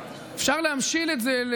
אפשר להמשיל את זה,